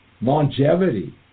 longevity